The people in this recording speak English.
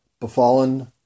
befallen